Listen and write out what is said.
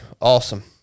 Awesome